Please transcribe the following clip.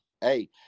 Hey